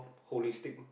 holistic